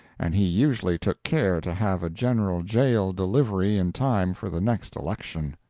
and he usually took care to have a general jail delivery in time for the next election.